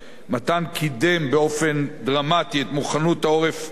מתן קידם באופן דרמטי את מוכנות העורף האזרחי